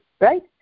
Right